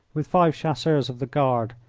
with five chasseurs of the guard,